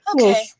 Okay